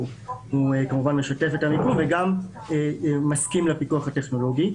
הוא כמובן משתף את המיקום וגם מסכים לפיקוח הטכנולוגי.